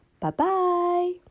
Bye-bye